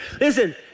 Listen